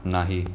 नाही